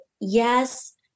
yes